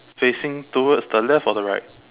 facing towards the left or the right